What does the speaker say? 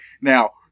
Now